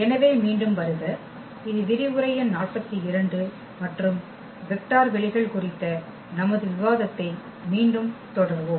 எனவே மீண்டும் வருக இது விரிவுரை எண் 42 மற்றும் வெக்டர் வெளிகள் குறித்த நமது விவாதத்தை மீண்டும் தொடர்வோம்